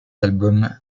album